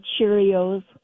Cheerios